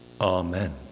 Amen